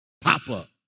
Pop-up